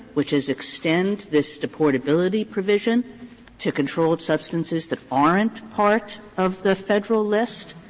which is extend this deportability provision to controlled substances that aren't part of the federal list,